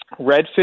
Redfish